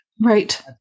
right